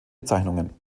bezeichnungen